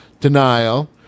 denial